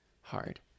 Hard